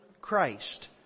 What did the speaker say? Christ